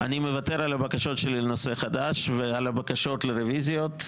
אני מוותר על הבקשות שלי לנושא חדש ועל הבקשות לרביזיות.